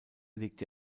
legte